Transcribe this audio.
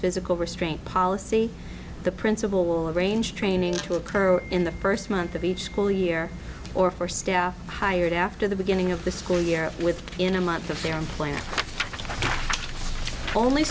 physical restraint policy the principal will arrange training to occur in the first month of each school year or for staff hired after the beginning of the school year with in a month of their own plan only